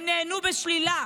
הם נענו בשלילה.